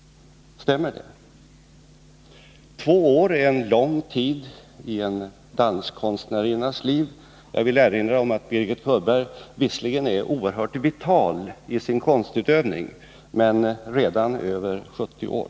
Stämmer det? Två år är en lång tid i en danskonstnärinnas liv. Jag vill erinra om att Birgit Cullberg, som visserligen är oerhört vital i sin konstutövning, redan är över 70 år.